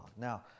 Now